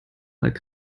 mal